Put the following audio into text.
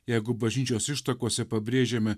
jeigu bažnyčios ištakose pabrėžiame